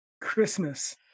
Christmas